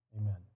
amen